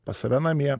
pas save namie